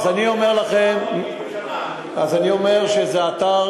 אז אני אומר שזה אתר